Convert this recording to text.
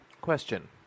Question